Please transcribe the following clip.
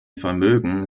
vermögen